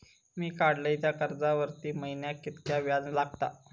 मी काडलय त्या कर्जावरती महिन्याक कीतक्या व्याज लागला?